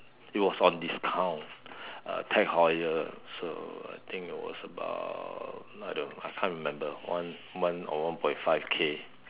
it was on discount uh Tag-Heuer so I think was about I don't I can't remember one one or one point five K